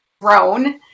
Grown